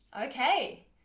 Okay